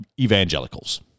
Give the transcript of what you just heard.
evangelicals